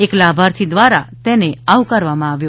એક લાભાર્થી દ્વારા તેને આવકારવામાં આવ્યું